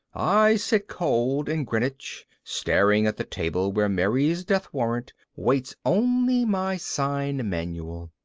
i sit cold in greenwich, staring at the table where mary's death warrant waits only my sign manual.